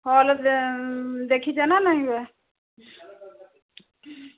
ହଲରେ ଦେଖିଛ ନ ନାହିଁ ବା